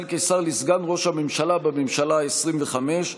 קיסר לסגן ראש הממשלה בממשלה העשרים וחמש,